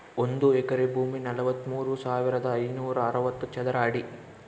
ಒಂದು ಎಕರೆ ಭೂಮಿ ನಲವತ್ಮೂರು ಸಾವಿರದ ಐನೂರ ಅರವತ್ತು ಚದರ ಅಡಿ